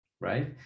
right